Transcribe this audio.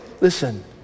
Listen